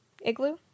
Igloo